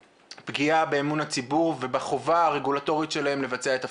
פגיעה באמון הציבור ובחובה הרגולטורית שלהם לבצע את תפקידם.